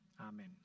Amen